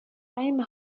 فهیمه